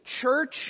church